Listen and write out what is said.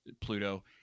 Pluto